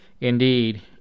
Indeed